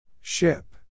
Ship